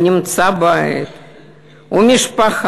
לא נמצא בית ומשפחה